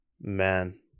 Man